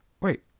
Wait